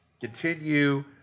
Continue